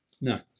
No